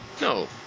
No